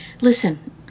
Listen